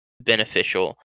beneficial